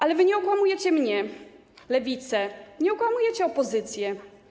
Ale wy nie okłamujecie mnie, Lewicy, nie okłamujecie opozycji.